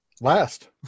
Last